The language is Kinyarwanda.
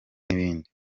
n’ibindi